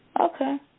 Okay